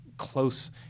close